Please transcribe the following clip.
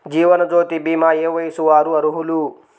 జీవనజ్యోతి భీమా ఏ వయస్సు వారు అర్హులు?